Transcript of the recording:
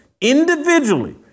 individually